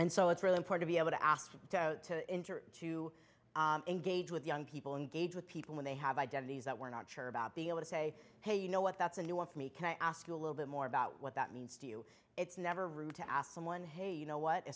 and so it's really important be able to ask to enter to engage with young people engage with people when they have identities that we're not sure about being able to say hey you know what that's a new one for me can i ask you a little bit more about what that means to you it's never rude to ask someone hey you know what